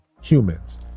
humans